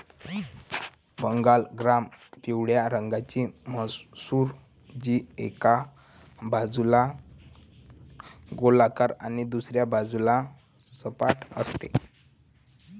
Bengal gram पिवळ्या रंगाची मसूर, जी एका बाजूला गोलाकार आणि दुसऱ्या बाजूला सपाट असते